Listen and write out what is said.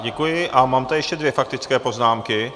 Děkuji a mám tady ještě dvě faktické poznámky.